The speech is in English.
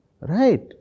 right